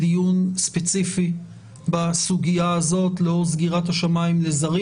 דיון ספציפי בסוגיה הזאת לאור סגירת השמים לזרים.